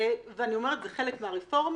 אני אומרת: זה חלק מהרפורמה.